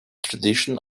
tradition